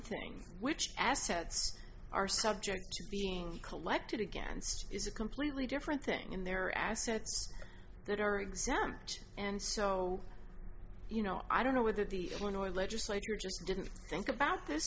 thing which assets are subject to being collected against is a completely different thing in their assets that are exempt and so you know i don't know whether the illinois legislature just didn't think about this